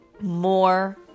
more